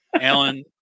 Alan